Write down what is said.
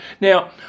Now